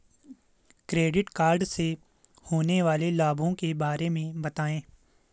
Credit card से होने वाले लाभों के बारे में बताएं?